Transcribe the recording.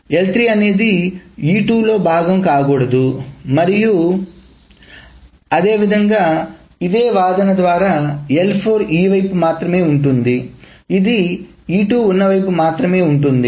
కాబట్టి L3అనేది E2లో భాగం కాకూడదు మరియు అదేవిధంగా ఇదే వాదన ద్వారా L4 ఈ వైపు మాత్రమే ఉంటుంది ఇది E2 ఉన్నవైపు మాత్రమే ఉంటుంది